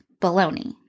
baloney